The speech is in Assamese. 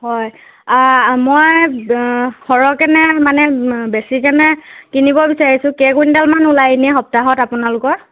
হয় মই সৰহকেনে মানে বেছিকেনে কিনিব বিচাৰিছোঁ কেই কুইণ্টেলমান ওলায় এনে সপ্তাহত আপোনালোকৰ